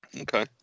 Okay